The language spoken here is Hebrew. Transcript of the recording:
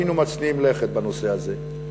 היינו מצניעים לכת בנושא הזה.